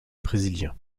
brésilien